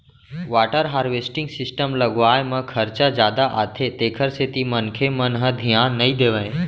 water harvesting system लगवाए म खरचा जादा आथे तेखर सेती मनखे मन ह धियान नइ देवय